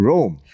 Rome